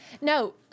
No